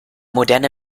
moderne